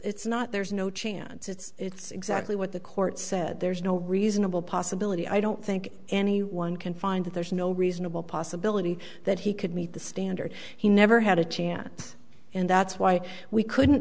it's not there's no chance it's exactly what the court said there's no reasonable possibility i don't think anyone can find that there's no reasonable possibility that he could meet the standard he never had a chance and that's why we couldn't